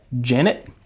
Janet